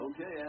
Okay